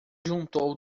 juntou